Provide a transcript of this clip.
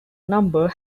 number